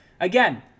again